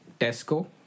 Tesco